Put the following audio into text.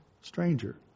stranger